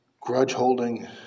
grudge-holding